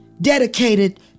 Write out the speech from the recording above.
dedicated